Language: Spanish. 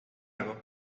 embargo